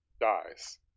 dies